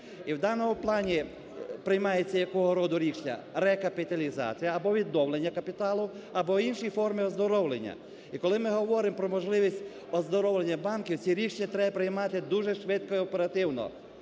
І в даному плані приймається якого роду рішення? Рекапіталізація або відновлення капіталу, або в іншій формі оздоровлення. І, коли ми говоримо про можливість оздоровлення банків, ці рішення треба приймати дуже швидко і оперативно,